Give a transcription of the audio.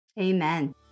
Amen